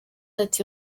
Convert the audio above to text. ati